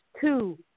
two